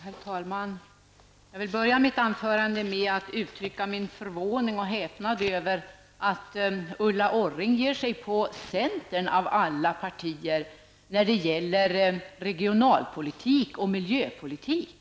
Herr talman! Jag vill börja mitt anförande med att uttrycka min förvåning och häpnad över att Ulla Orring ger sig på centern av alla partier när det gäller regionalpolitik och miljöpolitik.